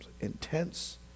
intense